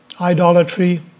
Idolatry